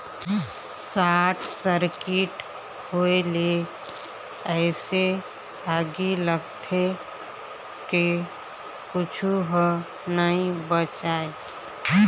short circuit होए ले अइसे आगी लगथे के कुछू ह नइ बाचय